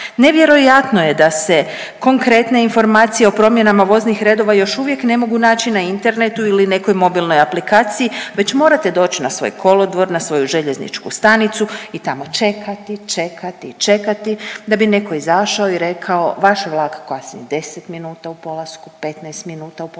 Nevjerojatno je da se konkretne informacije o promjenama voznih redova još uvijek ne mogu naći na internetu ili nekoj mobilnoj aplikaciji, već morate doći na svoj kolodvor, na svoju željezničku stanicu i tamo čekati, čekati i čekati, da bi netko izašao i rekao, vaš vlak kasni 10 minuta i polasku, 15 minuta u polasku,